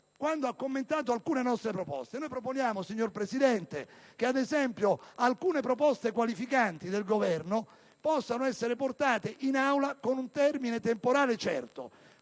quale lei ha commentato alcune nostre proposte. Noi proponiamo, signor Presidente, che alcune proposte qualificanti del Governo possano essere portate in Aula con un termine temporale certo